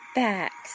back